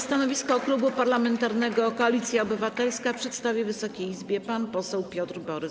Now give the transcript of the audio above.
Stanowisko Klubu Parlamentarnego Koalicja Obywatelska przedstawi Wysokiej Izbie pan poseł Piotr Borys.